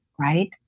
Right